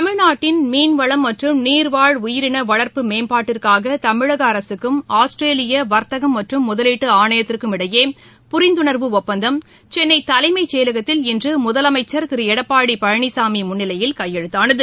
தமிழ்நாட்டின் மீன்வளம் மற்றும் நீர்வாழ் உயிரின வளர்ப்பு மேம்பாட்டிற்காக தமிழக அரசுக்கும் ஆஸ்திரேலிய வர்த்தகம் மற்றும் முதலீட்டு ஆணையத்திற்கும் இடையே புரிந்துணர்வு ஒப்பந்தம் சென்னை தலைமைச்செயலகத்தில் இன்று முதலமைச்சர் திரு எடப்பாடி பழனிசாமி முன்னிலையில் கையெழுத்தானது